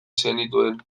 zenituen